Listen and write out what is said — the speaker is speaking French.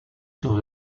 sur